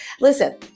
Listen